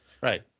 Right